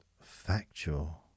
factual